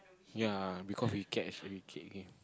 ya because we kept as a we kick him